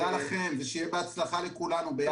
תודה לכם ובהצלחה לכולנו.